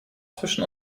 zwischen